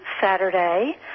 Saturday